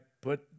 put